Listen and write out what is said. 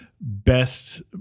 best